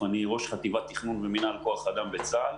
אני ראש חטיבת תכנון במינהל כוח אדם בצה"ל.